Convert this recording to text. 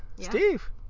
Steve